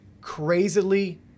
Crazily